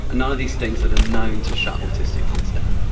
and none of these things that are known to shut autistic kids down.